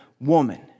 woman